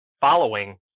following